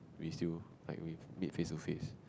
we still like we meet face to face